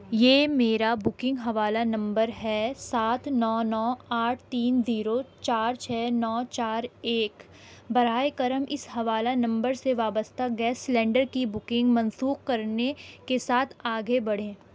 یہ میرا بکنگ حوالہ نمبر ہے سات نو نو آٹھ تین زیرو چار چھ نو چار ایک براہ کرم اس حوالہ نمبر سے وابستہ گیس سلنڈر کی بکنگ منسوخ کرنے کے ساتھ آگے بڑھیں